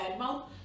badmouth